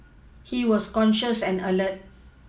he was conscious and alert